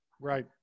Right